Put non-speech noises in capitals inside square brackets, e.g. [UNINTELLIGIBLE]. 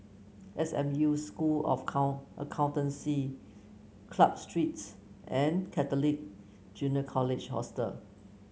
S M U School of [UNINTELLIGIBLE] Accountancy Club Streets and Catholic Junior College Hostel